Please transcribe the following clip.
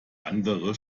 andere